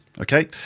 Okay